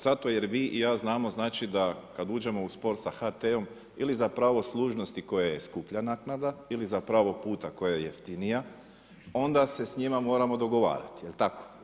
Zato jer vi i ja znamo znači da kada uđemo u spor sa HT-om ili za pravo služnosti koja je skuplja naknada ili za pravo puta koja je jeftinija, onda se s njima moramo dogovarati, je li tako?